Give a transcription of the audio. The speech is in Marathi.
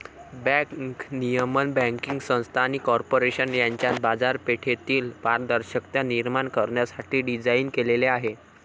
बँक नियमन बँकिंग संस्था आणि कॉर्पोरेशन यांच्यात बाजारपेठेतील पारदर्शकता निर्माण करण्यासाठी डिझाइन केलेले आहे